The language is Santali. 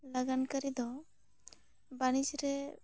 ᱞᱟᱜᱟᱱ ᱠᱟᱹᱨᱤ ᱫᱚ ᱵᱟᱹᱱᱤᱡᱽ ᱨᱮ